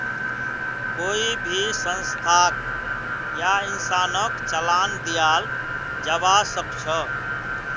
कोई भी संस्थाक या इंसानक चालान दियाल जबा सख छ